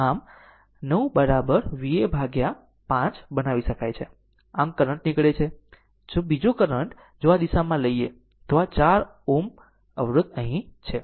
આમ 9 Va ભાગ્યા 5 બનાવી શકાય છે આ કરંટ નીકળે છે અને બીજો કરંટ જો આ દિશામાં લઈએ તો આ 4 Ω અવરોધ અહીં છે